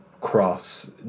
cross